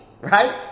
right